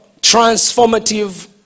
transformative